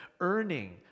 Earning